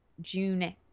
June